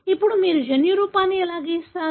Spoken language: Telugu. ఇప్పుడు మీరు జన్యురూపాన్ని ఎలా గీస్తారు